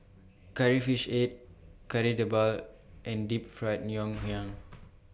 Curry Fish Head Kari Debal and Deep Fried Ngoh Hiang